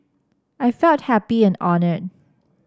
I felt happy and honoured